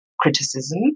criticism